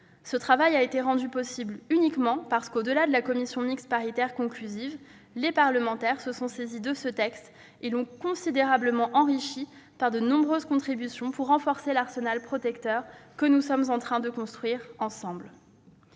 Le travail réalisé a été rendu possible uniquement parce que, indépendamment de la commission mixte paritaire conclusive, les parlementaires se sont saisis de ce texte et l'ont considérablement enrichi par de nombreuses contributions pour renforcer l'arsenal protecteur que nous sommes en train de construire ensemble.